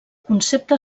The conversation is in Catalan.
concepte